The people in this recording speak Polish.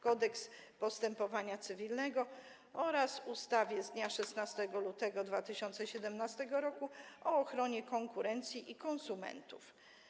Kodeks postępowania cywilnego oraz ustawę z dnia 16 lutego 2017 r. o ochronie konkurencji i konsumentów.